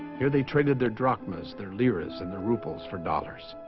here they traded their drachmas their liras and the rubles four dollars